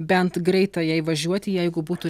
bent greitajai važiuoti jeigu būtų